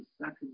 second